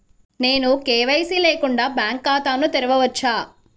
నేను కే.వై.సి లేకుండా బ్యాంక్ ఖాతాను తెరవవచ్చా?